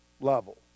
level